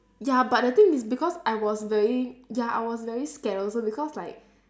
ya but the thing is because I was very ya I was very scared also because like